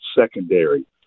secondary